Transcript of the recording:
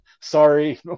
Sorry